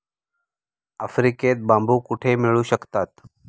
आफ्रिकेत बांबू कुठे मिळू शकतात?